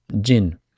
jinn